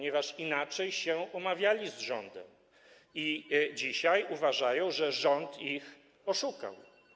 Inaczej umawiali się z rządem i dzisiaj uważają, że rząd ich oszukał.